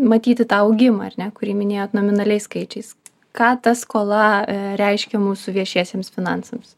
matyti tą augimą ar ne kurį minėjot nominaliais skaičiais ką ta skola reiškia mūsų viešiesiems finansams